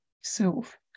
self